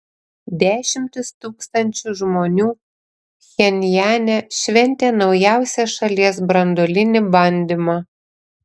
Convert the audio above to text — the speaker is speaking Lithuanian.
dešimtys tūkstančių žmonių pchenjane šventė naujausią šalies branduolinį bandymą